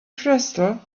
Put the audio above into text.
crystal